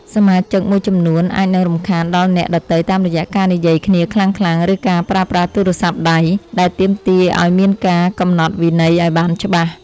សមាជិកមួយចំនួនអាចនឹងរំខានដល់អ្នកដទៃតាមរយៈការនិយាយគ្នាខ្លាំងៗ ឬការប្រើប្រាស់ទូរស័ព្ទដៃ ដែលទាមទារឱ្យមានការកំណត់វិន័យឱ្យបានច្បាស់។